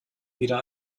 wieder